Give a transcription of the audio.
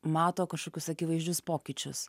mato kažkokius akivaizdžius pokyčius